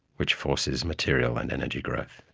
which forces material and energy growth.